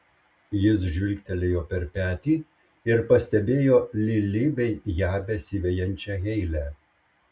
jis žvilgtelėjo per petį ir pastebėjo lili bei ją besivejančią heilę